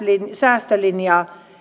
säästölinjaa